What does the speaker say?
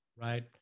right